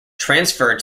transferred